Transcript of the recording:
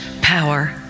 power